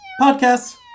podcasts